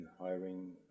hiring